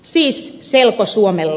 siis selkosuomella